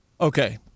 Okay